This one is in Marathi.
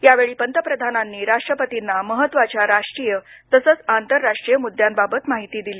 यावेळी पंतप्रधानांनी राष्ट्रपतींना महत्त्वाच्या राष्ट्रीय तसंच आंतरराष्ट्रीय मुद्यांबाबत माहिती दिली